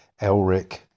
Elric